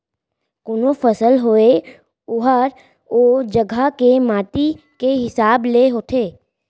कोनों फसल होय ओहर ओ जघा के माटी के हिसाब ले होथे